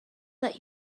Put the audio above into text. that